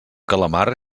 calamar